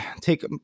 take